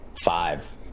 Five